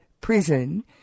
prison